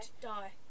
die